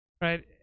Right